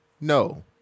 No